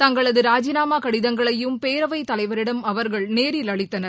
தங்களது ராஜினாமா கடிதங்களையும் பேரவைத் தலைவரிடம் அவர்கள் நேரில் அளித்தனர்